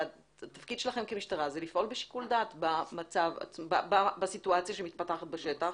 התפקיד שלכם כמשטרה הוא לפעול בשיקול דעת בסיטואציה שמתפתחת בשטח.